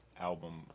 album